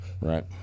Right